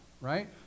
right